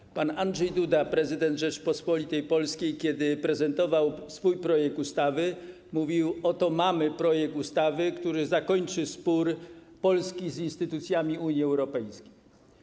Kiedy pan Andrzej Duda, prezydent Rzeczypospolitej Polskiej, prezentował swój projekt ustawy, mówił: oto mamy projekt ustawy, który zakończy spór Polski z instytucjami Unii Europejskiej.